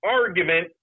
argument